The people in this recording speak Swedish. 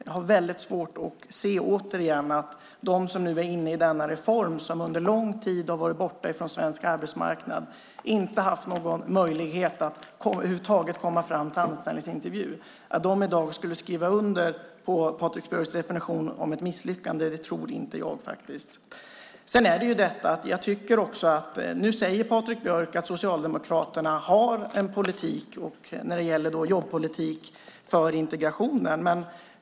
Jag har återigen mycket svårt att se att de som är inne i denna reform och som under lång tid har varit borta från svensk arbetsmarknad och inte haft någon möjlighet att ens komma på anställningsintervju skulle skriva under på Patrik Björcks definition av ett misslyckande i dag. Nu säger Patrik Björck att Socialdemokraterna har en jobbpolitik för integration.